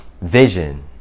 Vision